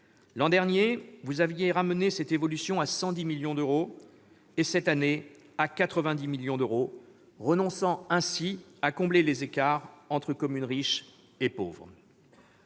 L'an dernier, vous aviez ramené cette évolution à 110 millions d'euros. Cette année, vous la ramenez à 90 millions d'euros, renonçant ainsi à combler les écarts entre communes riches et communes